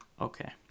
Okay